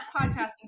podcasting